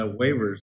waivers